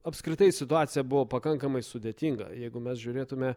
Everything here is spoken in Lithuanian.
apskritai situacija buvo pakankamai sudėtinga jeigu mes žiūrėtume